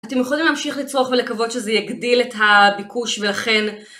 אתם יכולים להמשיך לצרוך ולקוות שזה יגדיל את הביקוש ולכן...